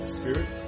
spirit